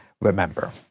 remember